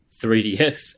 3DS